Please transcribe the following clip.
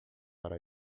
para